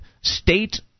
state